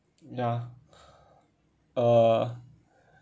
ya uh